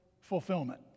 fulfillment